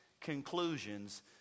conclusions